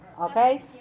okay